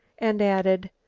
and added,